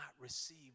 receive